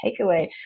takeaway